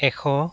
এশ